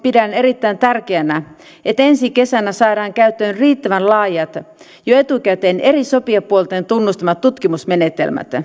pidän erittäin tärkeänä että ensi kesänä saadaan käyttöön riittävän laajat jo etukäteen eri sopijapuolten tunnustamat tutkimusmenetelmät